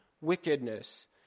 wickedness